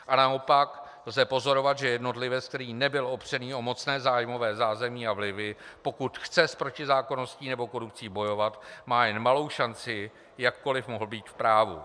A naopak lze pozorovat, že jednotlivec, který nebyl opřený o mocné zájmové zázemí a vlivy, pokud chce s protizákonností nebo korupcí bojovat, má jen malou šanci, jakkoli mohl být v právu.